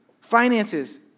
Finances